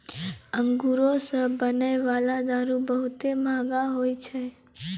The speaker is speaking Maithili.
अंगूरो से बनै बाला दारू बहुते मंहगा होय छै